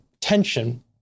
tension